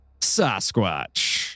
Sasquatch